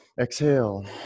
exhale